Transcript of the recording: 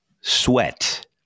Sweat